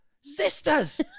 Sisters